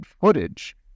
footage